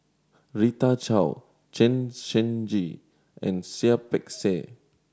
Rita Chao Chen Shiji and Seah Peck Seah